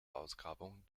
ausgrabungen